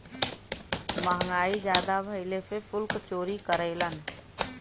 महंगाई जादा भइले से सुल्क चोरी करेलन